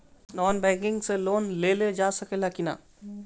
Non banking से loan लेल जा ले कि ना?